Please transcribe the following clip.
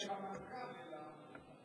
אין לך מנכ"ל לעמותה.